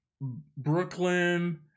Brooklyn